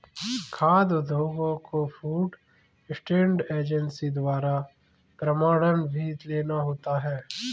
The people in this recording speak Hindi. खाद्य उद्योगों को फूड स्टैंडर्ड एजेंसी द्वारा प्रमाणन भी लेना होता है